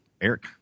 Eric